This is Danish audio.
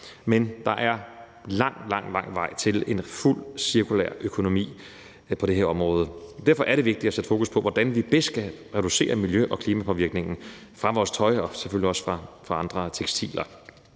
Men der er lang, lang vej til en fuld cirkulær økonomi på det her område. Derfor er det vigtigt at få fokus på, hvordan vi bedst kan reducere miljø- og klimapåvirkningen fra vores tøj og selvfølgelig også fra andre tekstiler.